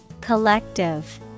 Collective